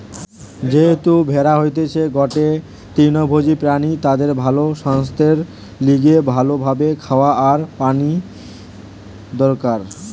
যেহেতু ভেড়া হতিছে গটে তৃণভোজী প্রাণী তাদের ভালো সাস্থের লিগে ভালো ভাবে খাওয়া আর পানি দরকার